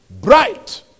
bright